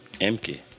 MK